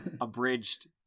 abridged